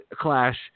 Clash